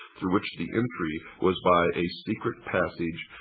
through which the entry was by a secret passage.